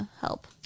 help